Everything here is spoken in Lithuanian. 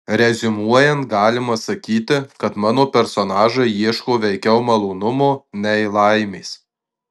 reziumuojant galima sakyti kad mano personažai ieško veikiau malonumo nei laimės